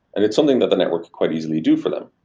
and it's something that the network could quite easily do for them.